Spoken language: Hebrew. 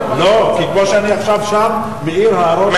כמו שאני עכשיו שם מעיר הערות,